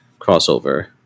crossover